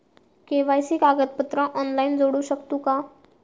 KYC कागदपत्रा online जोडू शकतू का?